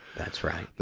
that's right.